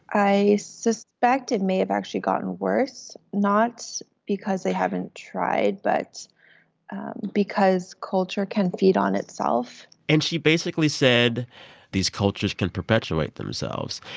i suspect it may have actually gotten worse not because they haven't tried but because culture can feed on itself and she basically said these cultures can perpetuate themselves.